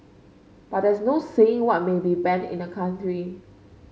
but there is no saying what may be banned in a country